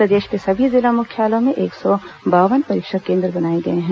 प्रदेश के सभी जिला मुख्यालयों में एक सौ बावन परीक्षा केन्द्र बनाए गए हैं